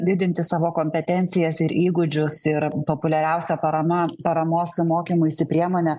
didinti savo kompetencijas ir įgūdžius ir populiariausia parama paramos mokymuisi priemone